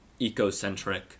ecocentric